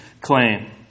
claim